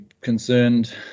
concerned